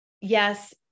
Yes